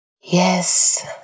Yes